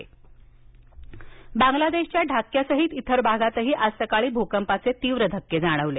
भुकंप बांगलादेशच्या ढाक्क्यासाहित इतर भागातही आज सकाळी भूकंपाचे तीव्र धक्के जाणवले